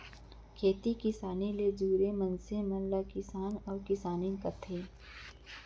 खेती किसानी ले जुरे मनसे ल किसान अउ किसानिन कथें